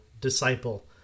disciple